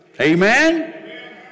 Amen